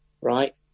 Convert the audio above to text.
right